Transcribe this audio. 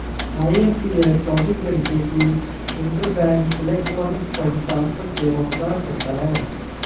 IMPS चौबीस घंटे की इंटरबैंक इलेक्ट्रॉनिक फंड ट्रांसफर सेवा प्रदान करता है